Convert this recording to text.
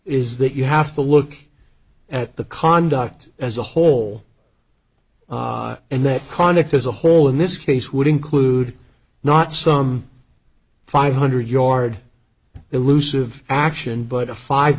is that you have to look at the conduct as a whole and that conduct as a whole in this case would include not some five hundred yard illusive action but a five